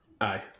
Aye